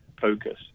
focus